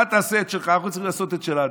אתה תעשה את שלך, ואנחנו צריכים לעשות את שלנו.